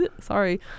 sorry